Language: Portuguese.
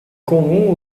comum